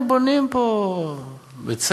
הם בונים פה בית-ספר,